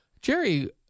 Jerry